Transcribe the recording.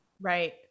Right